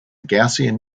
gaussian